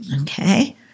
Okay